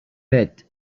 bed